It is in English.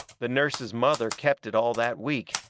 the nurse's mother kept it all that week,